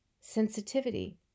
sensitivity